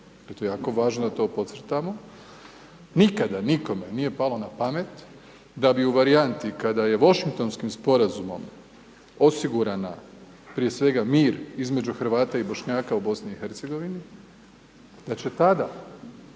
to je jako važno da to podcrtamo, nikada nikome nije palo na pamet da bi varijanti kada Washingtonskim sporazumom osigurana prije svega mir između Hrvata i Bošnjaka u BiH-u, da će tada